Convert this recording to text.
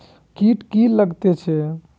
कीट किये लगैत छै?